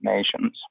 Nations